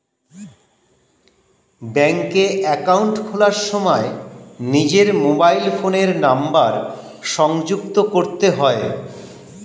ব্যাঙ্কে অ্যাকাউন্ট খোলার সময় নিজের মোবাইল ফোনের নাম্বার সংযুক্ত করতে হয়